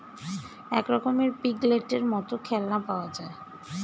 এক রকমের পিগলেটের মত খেলনা পাওয়া যায়